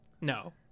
No